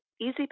easy